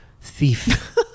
thief